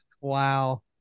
Wow